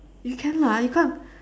you can lah you can't